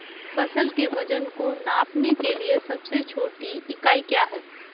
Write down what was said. फसल के वजन को नापने के लिए सबसे छोटी इकाई क्या है?